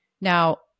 Now